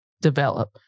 develop